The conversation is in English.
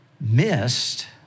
missed